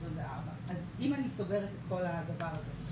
2023-2024. אז אם אני סוגרת את כל הדבר הזה,